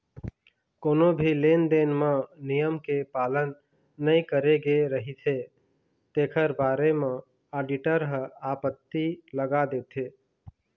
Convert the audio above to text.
कोनो भी लेन देन म नियम के पालन नइ करे गे रहिथे तेखर बारे म आडिटर ह आपत्ति लगा देथे